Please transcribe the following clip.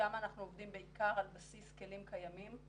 שם אנחנו עובדים בעיקר על בסיס כלים קיימים.